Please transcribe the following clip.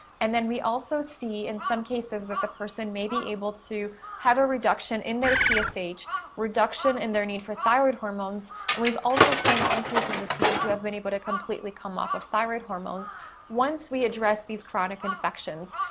and then we also see in some cases that the person may be able to have a reduction in their tsh, so reduction in their need for thyroid hormones, and we've also seen some cases of people who have been able to completely come off of thyroid hormones once we address these chronic infections.